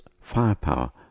firepower